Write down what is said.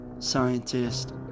scientist